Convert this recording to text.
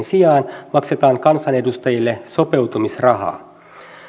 sijaan maksetaan kansanedustajille sopeutumisrahaa